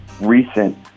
recent